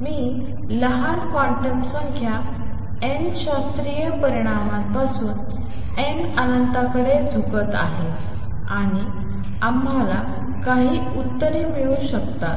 मी लहान क्वांटम संख्या n शास्त्रीय परिणामांपासून n अनंततेकडे झुकत आहे आणि आम्हाला काही उत्तरे मिळू शकतात